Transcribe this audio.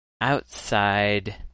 outside